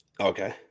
Okay